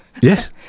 Yes